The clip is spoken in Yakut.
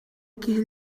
киһи